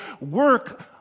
work